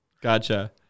Gotcha